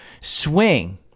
swing